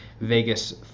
Vegas